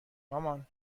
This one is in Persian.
مامان